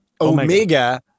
Omega